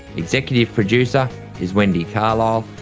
executive producer is wendy carlisle,